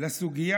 לסוגיה